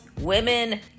women